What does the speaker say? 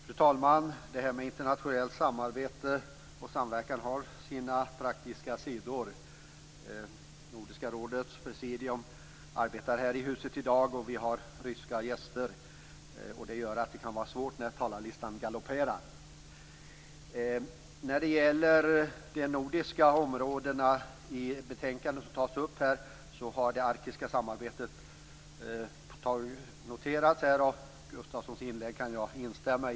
Fru talman! Detta med internationellt samarbete och samverkan har sina praktiska sidor. Nordiska rådets presidium arbetar här i huset i dag, och vi har ryska gäster. Det gör att det kan vara svårt att komma i tid till kammaren när talarlistan galopperar. Det nordiska området tas upp i betänkandet, och det arktiska samarbetet har noterats. Jag kan instämma i Lennart Gustavssons inlägg.